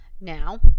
Now